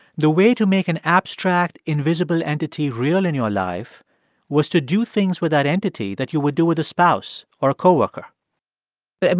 the way to make an abstract, invisible entity real in your life was to do things with that entity that you would do with a spouse or a co-worker but, i mean,